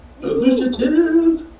Initiative